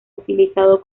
utilizado